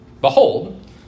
Behold